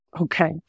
Okay